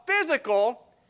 physical